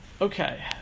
Okay